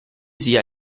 sia